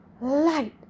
light